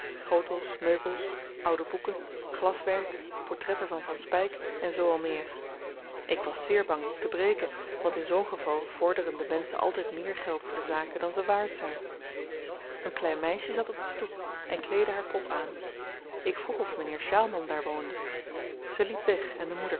schotels meubels oude boeken glaswerk portretten van van speyk en zoo al meer ik was zeer bang iets te breken want in zoo'n geval vorderen de menschen altyd meer geld voor de zaken dan ze waard zyn een klein meisje zat op de stoep en kleedde haar pop aan ik vroeg of m'nheer sjaalman daar woonde ze liep weg en de moeder